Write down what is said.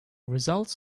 results